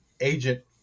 agent